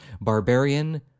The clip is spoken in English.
barbarian